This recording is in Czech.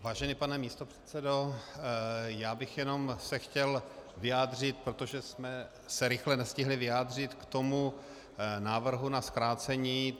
Vážený pane místopředsedo, já bych se jenom chtěl vyjádřit, protože jsme se rychle nestihli vyjádřit, k tomu návrhu na zkrácení.